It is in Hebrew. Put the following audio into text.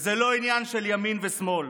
וזה לא עניין של ימין ושמאל.